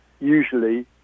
usually